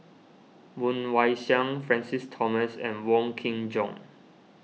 Woon Wah Siang Francis Thomas and Wong Kin Jong